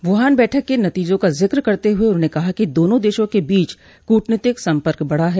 Wuhan बैठक के नतीजों का जिक्र करते हुए उन्होंने कहा कि दोनों देशों के बीच कूटनीतिक संपर्क बढ़ा है